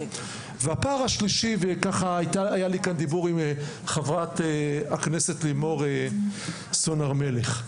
והפער השלישי וככה היה לי כאן דיבור עם חברת הכנסת לימור סון הר-מלך.